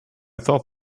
thought